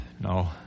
No